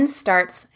starts